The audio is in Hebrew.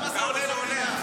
כמה זה עולה למדינה?